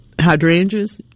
hydrangeas